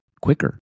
quicker